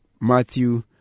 Matthew